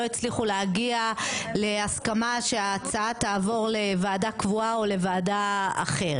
הצליחו להגיע להסכמה שההצעה תעבור לוועדה קבועה או לוועדה אחרת.